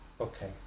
Okay